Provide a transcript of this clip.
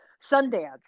Sundance